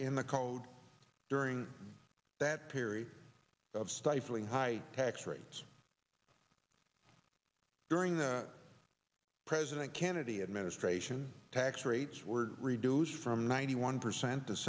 in the code during that period of stifling high tax rates during the president kennedy administration tax rates were reduced from ninety one percent